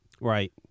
Right